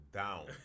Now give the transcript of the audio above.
down